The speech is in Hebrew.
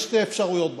יש שתי אפשרויות בחיים: